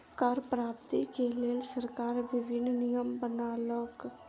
कर प्राप्ति के लेल सरकार विभिन्न नियम बनौलक